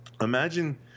Imagine